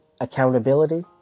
accountability